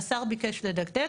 השר ביקש לדקדק,